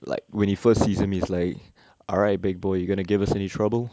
like when he first sees him he's like alright big boy you going to give us any trouble